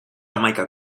hamaika